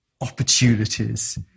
opportunities